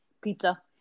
pizza